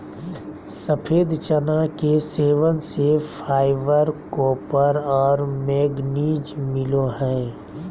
सफ़ेद चना के सेवन से फाइबर, कॉपर और मैंगनीज मिलो हइ